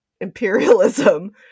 imperialism